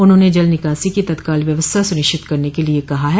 उन्होंने जल निकासी की तत्काल व्यवस्था सुनिश्चित करने के लिये कहा है